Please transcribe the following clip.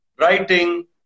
writing